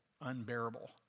unbearable